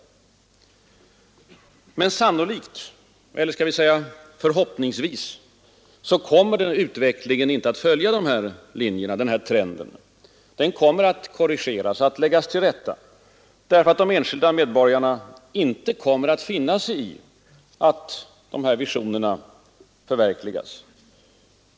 Men sannolikt, eller skall vi säga förhoppningsvis, kommer inte utvecklingen att följa denna trend. Den kommer att korrigeras, att läggas till rätta, därför att de enskilda medborgarna inte kommer att finna sig i att dessa ”visioner” förverkligas.